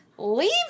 leave